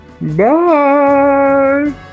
Bye